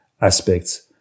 aspects